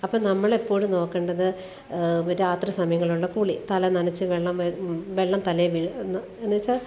അപ്പം നമ്മൾ എപ്പോഴും നോക്കേണ്ടത് രാത്രി സമയങ്ങളിലുള്ള കുളി തല നനച്ച് വെള്ളം വ വെള്ളം തലയിൽ വീഴുന്ന എന്ന് വെച്ചാൽ